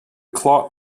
clot